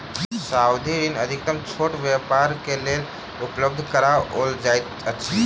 सावधि ऋण अधिकतम छोट व्यापारक लेल उपलब्ध कराओल जाइत अछि